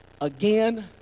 again